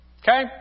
okay